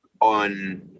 on